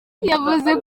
yavuze